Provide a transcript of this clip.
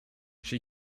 she